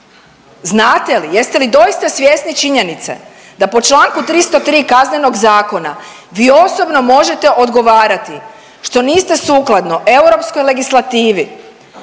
znate li, jeste li doista svjesni činjenice da po članku 303. Kaznenog zakona vi osobno možete odgovarati što niste sukladno europskoj legislativi